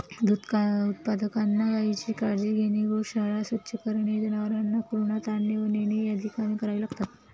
दूध उत्पादकांना गायीची काळजी घेणे, गोशाळा स्वच्छ करणे, जनावरांना कुरणात आणणे व नेणे आदी कामे करावी लागतात